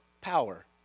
power